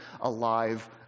alive